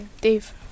Dave